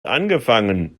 angefangen